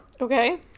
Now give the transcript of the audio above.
Okay